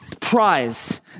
prize